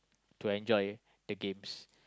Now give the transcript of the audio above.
to enjoy the games